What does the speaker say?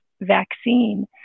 vaccine